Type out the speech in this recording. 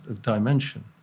dimension